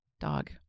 dog